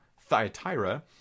Thyatira